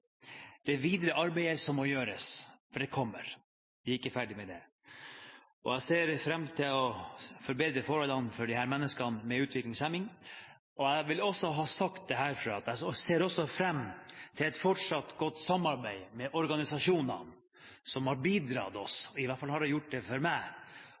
til det videre arbeidet som må gjøres, for det kommer. Vi er ikke ferdig med det. Jeg ser fram til å forbedre forholdene for mennesker med utviklingshemning. Jeg vil også ha sagt her at jeg ser fram til et fortsatt godt samarbeid med organisasjonene, som har hjulpet oss. I hvert fall har de hjulpet meg.